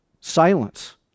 silence